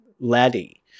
Laddie